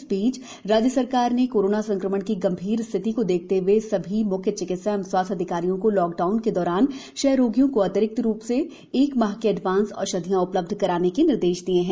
इसी बीचराज्य सरकार ने कोरोना संक्रमण की गंभीर स्थिति को देखते हए समस्त म्ख्य चिकित्सा एवं स्वास्थ्य अधिकारियों को लॉकडाउन के दौरान क्षय रोगियों को अतिरिक्त रूप से एक माह की एडवांस औषधियाँ उपलब्ध कराने के निर्देश दिए हैं